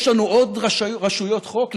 יש לנו עוד רשויות חוק?